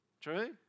True